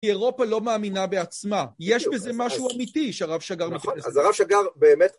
כי אירופה לא מאמינה בעצמה, יש בזה משהו אמיתי שהרב שג"ר... -נכון, אז הרב שג"ר באמת...